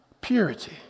purity